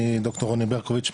אני דוקטור רוני ברקוביץ,